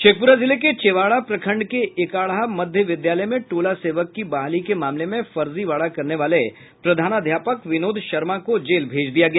शेखप्रा जिले के चेवाड़ा प्रखंड के एकाढ़ा मध्य विधालय में टोला सेवक की बहाली के मामले में फर्जीवाड़ा करने वाले प्रधानाध्यापक विनोद शर्मा को जेल भेज दिया गया